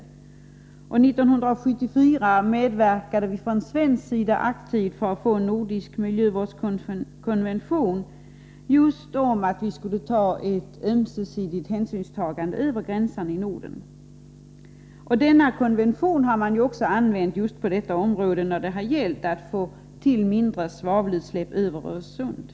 1974 medverkade vi från svensk sida aktivt i utarbetandet av en nordisk miljövårdskonvention om att vi skulle ta ömsesidig hänsyn över gränserna i Norden. Denna konvention användes när det gällde att få till stånd mindre svavelutsläpp över Öresund.